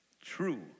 true